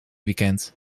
weekend